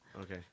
Okay